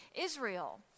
Israel